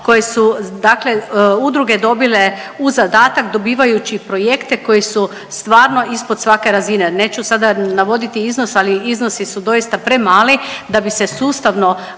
koji su dakle udruge dobile u zadatak dobivajući projekte koji su stvarno ispod svake razine. Neću sada navoditi iznos, ali iznosi su doista premali da bi se sustavno